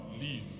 Leave